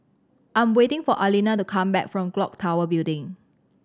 I'm waiting for Alina to come back from Clock Tower Building